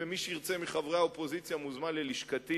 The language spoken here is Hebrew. ומי שירצה מחברי האופוזיציה מוזמן ללשכתי.